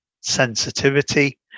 sensitivity